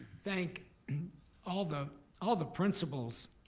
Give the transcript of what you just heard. thank all the all the principals